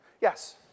Yes